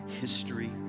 History